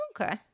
Okay